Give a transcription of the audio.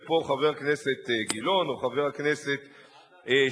פה חבר הכנסת גילאון או חבר הכנסת שי.